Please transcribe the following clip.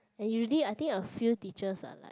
and you did I think a few teachers are like